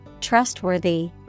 trustworthy